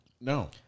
No